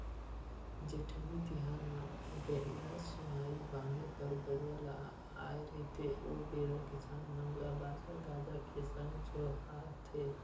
जेठउनी तिहार म गहिरा सुहाई बांधे बर गरूवा ल आय रहिथे ओ बेरा किसान मन ल बाजा गाजा के संग जोहारथे